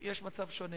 יש מצב שונה.